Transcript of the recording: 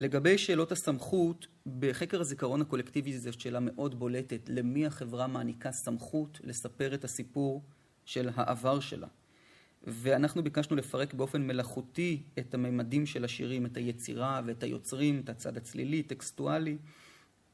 לגבי שאלות הסמכות, בחקר הזיכרון הקולקטיבי זו שאלה מאוד בולטת- למי החברה מעניקה סמכות לספר את הסיפור של העבר שלה. ואנחנו ביקשנו לפרק באופן מלאכותי את המימדים של השירים את היצירה ואת היוצרים את הצד הצלילי טקסטואלי